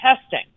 testing